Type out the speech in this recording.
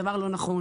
זה דבר לא נכון,